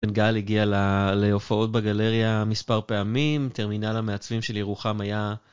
בן גל הגיע להופעות בגלריה מספר פעמים, טרמינל המעצבים של ירוחם היה